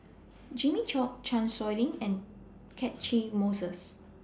Jimmy Chok Chan Sow Lin and Catchick Moses